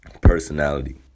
personality